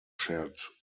shared